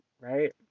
right